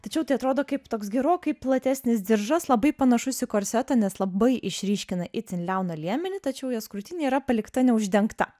tačiau tai atrodo kaip toks gerokai platesnis diržas labai panašus į korsetą nes labai išryškina itin liauną liemenį tačiau jos krūtinė yra palikta neuždengta